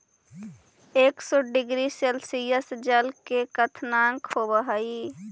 एक सौ degree Celsius जल के क्वथनांक होवऽ हई